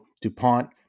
DuPont